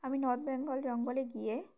আমি নর্থ বেঙ্গল জঙ্গলে গিয়ে